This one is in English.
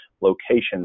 locations